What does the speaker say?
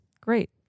Great